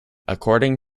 according